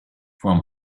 from